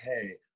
hey